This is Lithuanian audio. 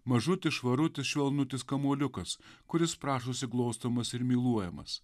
mažutis švarutis švelnutis kamuoliukas kuris prašosi glostomas ir myluojamas